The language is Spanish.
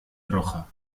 roja